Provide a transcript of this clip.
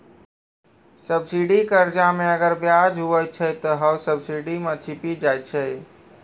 subsidy कर्जा मे अगर बियाज हुवै छै ते हौ सब्सिडी मे छिपी जाय छै